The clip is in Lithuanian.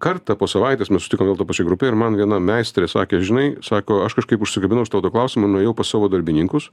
kartą po savaitės mes sutikom vėl toj pačioj grupėj ir man viena meistrė sakė žinai sako aš kažkaip užsikabinau už tavo to klausimo nuėjau pas savo darbininkus